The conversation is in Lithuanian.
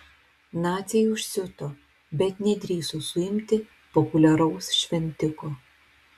naciai užsiuto bet nedrįso suimti populiaraus šventiko